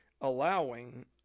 allowing